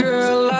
Girl